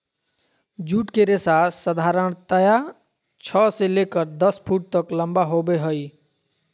jute के रेशा साधारणतया छह से लेकर दस फुट तक लम्बा होबो हइ